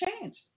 changed